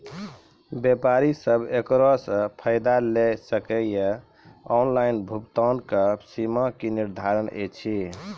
व्यापारी सब एकरऽ फायदा ले सकै ये? ऑनलाइन भुगतानक सीमा की निर्धारित ऐछि?